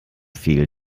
fiel